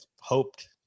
hoped